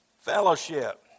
fellowship